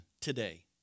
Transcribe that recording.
today